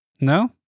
No